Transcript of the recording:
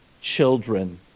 children